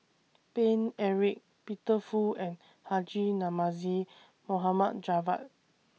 Paine Eric Peter Fu and Haji Namazie Mohd Javad